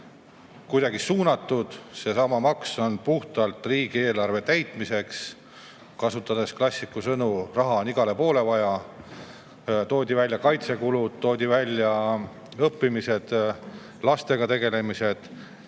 tervisele suunatud. See maks on puhtalt riigieelarve täitmiseks. Kasutades klassiku sõnu: raha on igale poole vaja. Toodi välja kaitsekulud, toodi välja õppimised, lastega tegelemised.